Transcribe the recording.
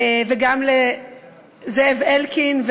וגם לזאב אלקין,